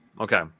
Okay